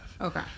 Okay